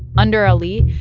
under ali,